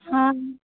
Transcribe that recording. हँ